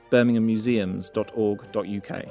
birminghammuseums.org.uk